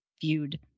viewed